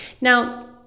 Now